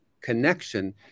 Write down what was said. connection